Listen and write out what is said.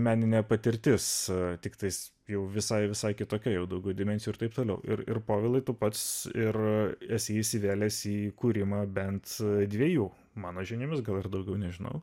meninė patirtis tiktais jau visai visai kitokia jau daugiau dimensijų ir t t ir povilai tu pats ir esi įsivėlęs į kūrimą bent dvejų mano žiniomis gal ir daugiau nežinau